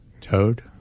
Toad